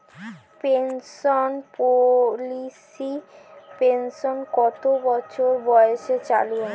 Pension পলিসির pension কত বছর বয়সে চালু হয়?